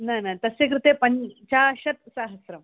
न न तस्य कृते पञ्चाशत्सहस्रम्